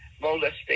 molestation